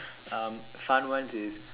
um fun ones is